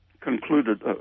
concluded